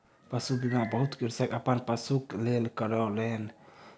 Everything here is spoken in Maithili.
पशु बीमा बहुत कृषक अपन पशुक लेल करौलेन